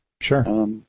Sure